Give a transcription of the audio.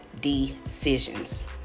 decisions